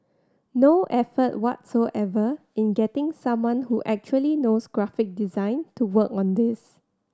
no effort whatsoever in getting someone who actually knows graphic design to work on this